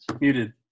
Muted